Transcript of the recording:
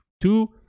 two